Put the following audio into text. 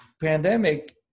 pandemic